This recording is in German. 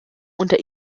unter